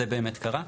וזה באמת קרה.